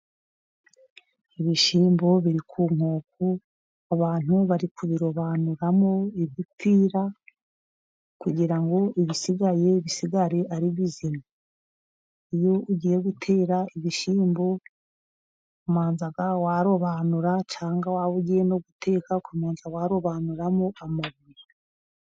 Ibishyimbo biri ku nkoko, abantu bari kubirobanuramo ibipfira, kugira ibisigaye, bisigare ari bizima. Iyo ugiye gutera ibishyimbo, Umanza warobanura cyangwa waba ugiye no guteka ukumanza warobanuramo amabuye.